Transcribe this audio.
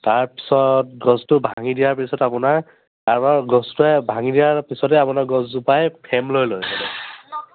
তাৰপিছত গছটো ভাঙি দিয়াৰ পিছত আপোনাৰ তাৰপৰা গছটোৱে ভাঙি দিয়াৰ পিছতে আপোনাৰ গছজোপাই ফ্ৰেম লৈ লয়